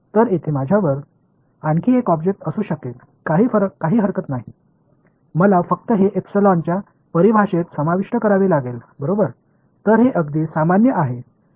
तर येथे माझ्यावर आणखी एक ऑब्जेक्ट असू शकेल काही हरकत नाही मला फक्त हे एप्सिलॉनच्या परिभाषेत समाविष्ट करावे लागेल बरोबर तर हे अगदी सामान्य आहे